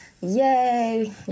Yay